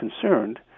concerned